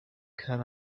can